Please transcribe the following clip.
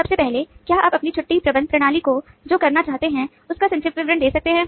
सबसे पहले क्या आप अपनी छुट्टी प्रबंधन प्रणाली को जो करना चाहते हैं उसका संक्षिप्त विवरण दे सकते हैं